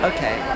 Okay